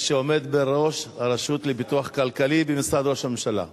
מי שעומד בראש הרשות לפיתוח כלכלי במשרד ראש הממשלה.